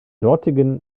dortigen